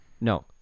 No